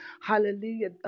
Hallelujah